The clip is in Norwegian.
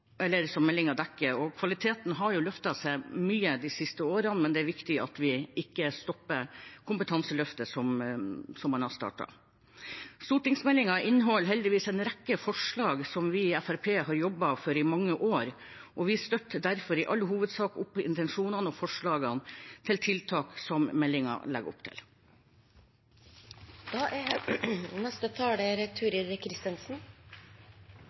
Kvaliteten har jo løftet seg mye de siste årene, men det er viktig at vi ikke stopper det kompetanseløftet som vi har startet. Stortingsmeldingen inneholder heldigvis en rekke forslag som vi i Fremskrittspartiet har jobbet for i mange år, og vi støtter derfor i all hovedsak opp om intensjonene og forslagene til tiltak som meldingen legger opp